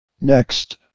Next